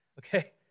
okay